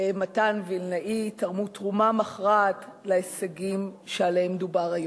מתן וילנאי תרמו תרומה מכרעת להישגים שעליהם דובר היום.